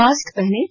mask पहनें